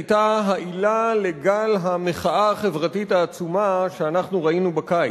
היתה העילה לגל המחאה החברתית העצומה שאנחנו ראינו בקיץ.